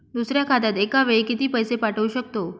दुसऱ्या खात्यात एका वेळी किती पैसे पाठवू शकतो?